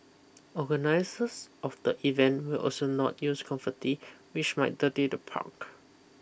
organisers of the event will also not use confetti which might dirty the park